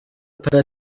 para